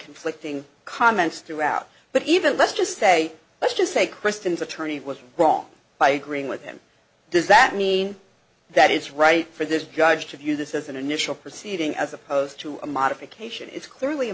conflicting comments throughout but even let's just say let's just say kristen's attorney was wrong by agreeing with him does that mean that it's right for this judge to view this as an initial proceeding as opposed to a modification it's clearly a